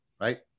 right